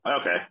Okay